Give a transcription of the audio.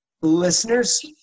Listeners